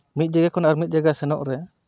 ᱢᱤᱫ ᱡᱟᱭᱜᱟ ᱠᱷᱚᱱ ᱟᱨ ᱢᱤᱫ ᱡᱟᱭᱜᱟ ᱥᱮᱱᱚᱜ ᱨᱮ